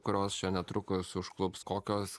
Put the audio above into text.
kurios čia netrukus užklups kokios